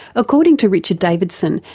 according to richard davidson,